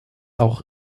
auch